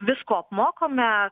visko apmokome